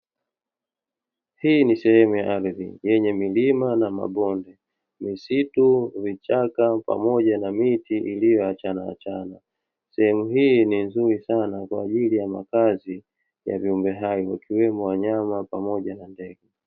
Hii ni sehemu ya ardhi yenye milima na mabonde, misitu, vichaka pamoja na miti iliyoachanaachana. Sehemu hii ni nzuri sana kwa ajili ya makazi ya viumbe hai, wakiwemo wanyama pamoja na ndege.